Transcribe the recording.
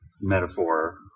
metaphor